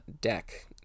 deck